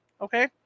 Okay